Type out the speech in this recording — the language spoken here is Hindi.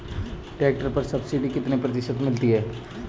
ट्रैक्टर पर सब्सिडी कितने प्रतिशत मिलती है?